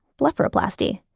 blepharoplasty,